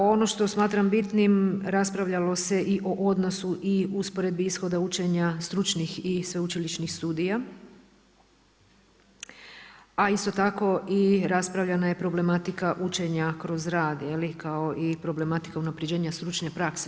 Ono što smatram bitnim, raspravljalo se i o odnosu i usporedbi ishoda učenja stručnih i sveučilišnih studija, a isto tako, i raspravljana je i problematika učenja kroz rad, kao i problematika unapređenja stručne prakse.